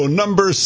number